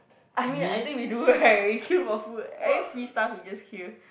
I mean I think we do right we queue for food every free stuff we just queue